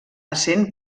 essent